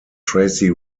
tracey